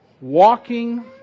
walking